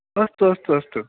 अस्तु अस्तु अस्तु